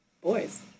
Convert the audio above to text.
boys